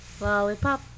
Lollipop